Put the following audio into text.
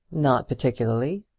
not particularly,